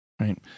Right